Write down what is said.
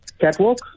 Catwalk